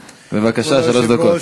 בבקשה, שלוש דקות.